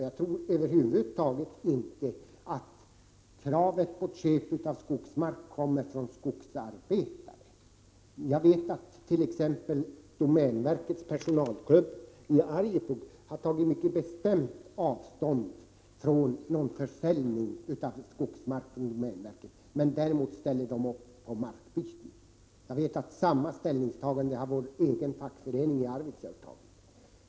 Jag tror över huvud taget inte att kraven på köp av skogsmark kommer från skogsarbetare. Jag vet t.ex. att domänverkets personalklubb i Arjeplog har tagit mycket bestämt avstånd från en försäljning av skogsmark från domänverket men däremot ställer upp på markbyten. Jag vet att samma ställning har intagits av min egen fackförening i Arvidsjaur.